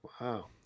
Wow